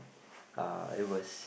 uh it was